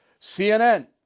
CNN